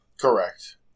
Correct